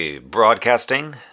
broadcasting